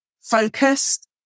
focused